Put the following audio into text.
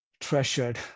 treasured